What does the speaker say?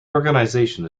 organisation